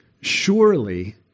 Surely